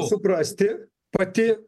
suprasti pati